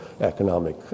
economic